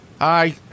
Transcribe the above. Hi